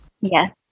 Yes